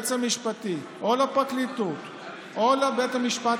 ליועץ המשפטי או לפרקליטות או לבית המשפט